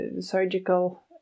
surgical